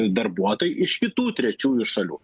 darbuotojai iš kitų trečiųjų šalių